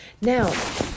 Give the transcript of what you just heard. Now